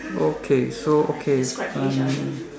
okay so okay find